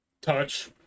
Touch